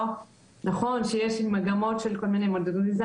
נכון שיש כל מיני מגמות של מודרניזציה